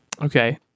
Okay